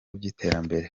by’iterambere